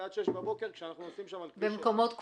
ועד 06:00 בבוקר במקומות קבועים.